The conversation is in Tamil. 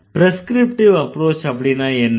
ப்ரெஸ்க்ரிப்டிவ் அப்ரோச் அப்படின்னா என்ன